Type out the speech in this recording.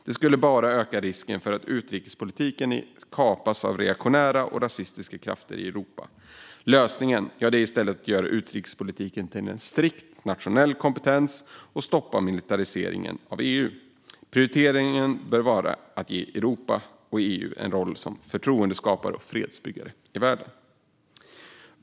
Det skulle bara öka risken för att utrikespolitiken kapas av reaktionära och rasistiska krafter i Europa. Lösningen är i stället att göra utrikespolitiken till en strikt nationell kompetens och att stoppa militariseringen av EU. Prioriteringen bör vara att ge EU och Europa en roll som förtroendeskapare och fredsbyggare i världen.